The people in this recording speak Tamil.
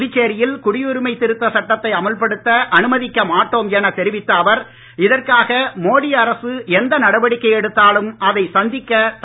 புதுச்சேரியில் குடியுரிமை திருத்த சட்டத்தை அமல்படுத்த அனுமதிக்க மாட்டோம் என தெரிவித்த அவர் இதற்காக மோடி அரசு எந்த நடவடிக்கை எடுத்தாலும் அதை சந்திக்க தாங்கள் தயார் என்றார்